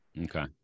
Okay